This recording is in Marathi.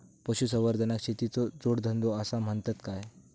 पशुसंवर्धनाक शेतीचो जोडधंदो आसा म्हणतत काय?